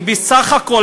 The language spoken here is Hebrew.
הם בסך הכול,